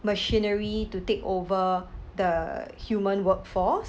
machinery to take over the human workforce